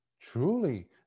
truly